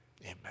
Amen